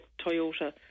Toyota